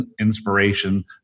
inspiration